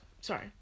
Sorry